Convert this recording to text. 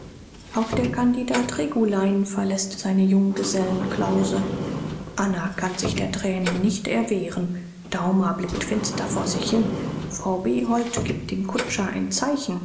auch der kandidat regulein verläßt seine junggesellenklause anna kann sich der tränen nicht erwehren daumer blickt finster vor sich hin frau behold gibt dem kutscher ein zeichen